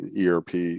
ERP